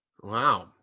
Wow